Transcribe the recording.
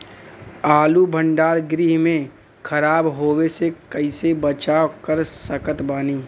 आलू भंडार गृह में खराब होवे से कइसे बचाव कर सकत बानी?